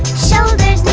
shoulders,